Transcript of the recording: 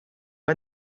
pas